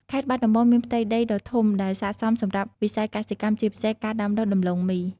ខេត្តបាត់ដំបងមានផ្ទៃដីដ៏ធំដែលស័ក្តិសមសម្រាប់វិស័យកសិកម្ម ជាពិសេសការដាំដុះដំឡូងមី។